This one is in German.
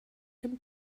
dem